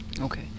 Okay